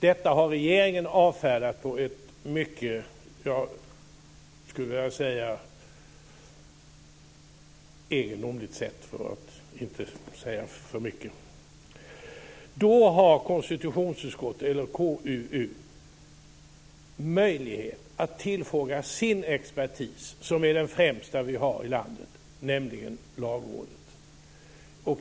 Detta har regeringen avfärdat på ett mycket egendomligt sätt, för att inte säga för mycket. KUU har möjlighet att tillfråga sin expertis, som är den främsta vi har i landet, nämligen Lagrådet.